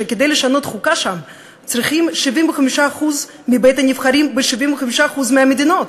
שכדי לשנות את החוקה שם צריכים 75% מבית-הנבחרים ב-75% מהמדינות.